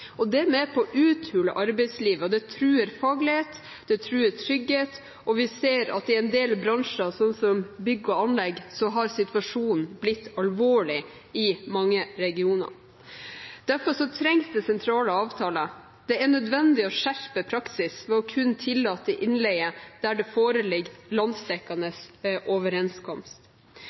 Det er med på å uthule arbeidslivet, og det truer faglighet og trygghet. Vi ser at i en del bransjer, som i bygg og anlegg, har situasjonen i mange regioner blitt alvorlig. Derfor trengs det sentrale avtaler. Det er nødvendig å skjerpe praksis ved kun å tillate innleie der det foreligger en landsdekkende overenskomst.